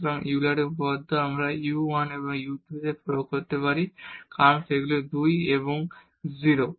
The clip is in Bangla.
সুতরাং ইউলারের উপপাদ্যটি আমরা u 1 এবং u 2 তে প্রয়োগ করতে পারি কারণ সেগুলি 2 এবং 0